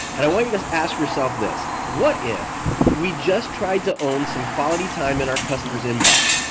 and i want you to ask yourself this, what if we just tried to own some quality time in our customer's inbox.